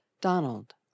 Donald